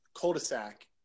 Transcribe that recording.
cul-de-sac